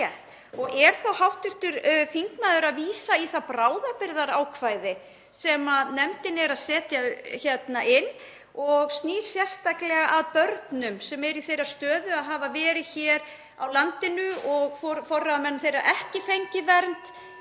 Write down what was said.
Og er þá hv. þingmaður að vísa í það bráðabirgðaákvæði sem nefndin er að setja inn og snýr sérstaklega að börnum sem eru í þeirri stöðu að hafa verið hér á landinu og forráðamenn þeirra ekki (Forseti